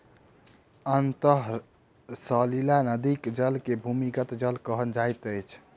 अंतः सलीला नदीक जल के भूमिगत जल कहल जाइत अछि